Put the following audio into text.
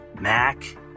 Mac